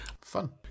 Fun